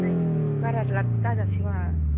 आयु बारा लाब दाजासै मा